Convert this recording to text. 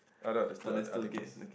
no no there's two I'll take this